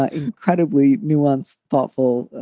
ah incredibly nuanced, thoughtful,